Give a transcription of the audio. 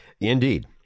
Indeed